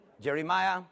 Jeremiah